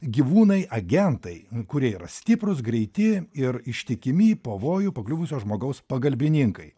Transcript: gyvūnai agentai kurie yra stiprūs greiti ir ištikimi į pavojų pakliuvusio žmogaus pagalbininkai